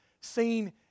seen